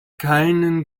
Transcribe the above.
keinen